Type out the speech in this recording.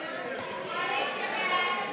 הקצבות לביטוח לאומי, לשנת הכספים 2017,